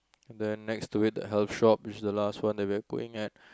and then next to it the health shop which is the last one then we are going at